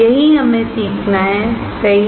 यही हमें सीखना है सही है